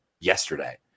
yesterday